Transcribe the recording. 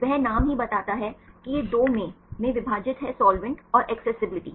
वह नाम ही बताता है कि यह दो मैं में विभाजित है साल्वेंट और एक्सेसिबिलिटी